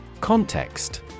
Context